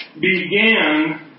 began